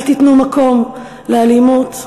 אל תיתנו מקום לאלימות,